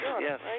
yes